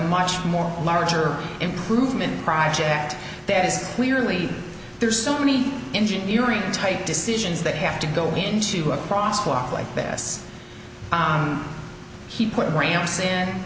much more larger improvement project that is clearly there's so many engineering type decisions that have to go into a crosswalk like this he put in ramps and